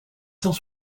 cent